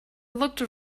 looked